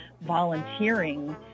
volunteering